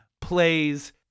plays